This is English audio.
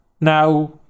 Now